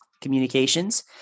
communications